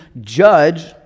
judge